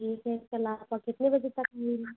ठीक है कल आप कितने बजे तक मिलेंगी